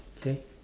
okay